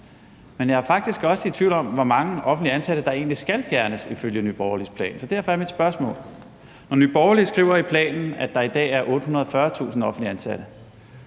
men jeg er faktisk også i tvivl om, hvor mange offentligt ansatte der egentlig skal fjernes ifølge Nye Borgerliges plan, så derfor er mit spørgsmål: Nye Borgerlige skriver i planen, at der i dag er 840.000 offentligt ansatte,